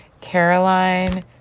Caroline